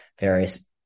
various